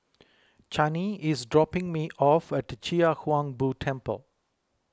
Chaney is dropping me off at Chia Hung Boo Temple